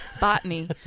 Botany